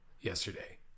yesterday